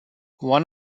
one